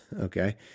Okay